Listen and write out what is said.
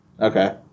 Okay